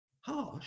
Harsh